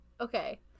Okay